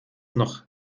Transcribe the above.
noch